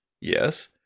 Yes